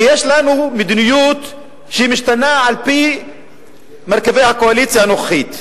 כי יש לנו מדיניות שמשתנה על-פי מרכיבי הקואליציה הנוכחית.